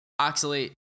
Oxalate